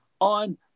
on